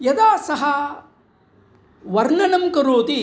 यदा सः वर्णनं करोति